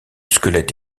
squelette